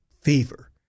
fever